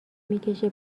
میکشه